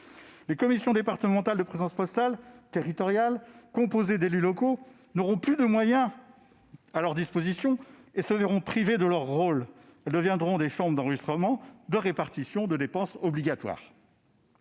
Les commissions départementales de présence postale territoriale, composées d'élus locaux, n'auront plus de moyens à leur disposition et se verront privées de leur rôle. Elles deviendront des chambres d'enregistrement et de répartition de dépenses obligatoires.